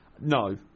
No